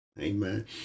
Amen